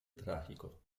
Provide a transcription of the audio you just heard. trágico